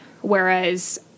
Whereas